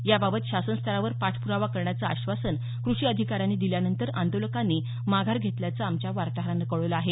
याबाबत शासनस्तरावर पाठपुरावा करण्याचं आश्वासन कृषी अधिकाऱ्यांनी दिल्यानंतर आंदोलकांनी माघार घेतल्याचं आमच्या वार्ताहरानं कळवलं आहे